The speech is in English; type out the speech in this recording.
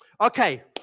Okay